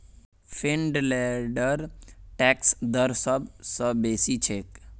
फिनलैंडेर टैक्स दर सब स बेसी छेक